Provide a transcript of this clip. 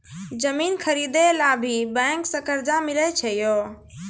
जमीन खरीदे ला भी बैंक से कर्जा मिले छै यो?